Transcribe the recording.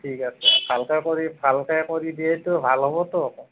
ঠিক আছে ভালকৈ কৰি ভালকৈ কৰি দিয়েতো ভাল হ'বতো